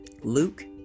Luke